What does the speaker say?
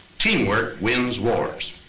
teamwork wins wars.